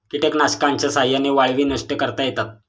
कीटकनाशकांच्या साह्याने वाळवी नष्ट करता येतात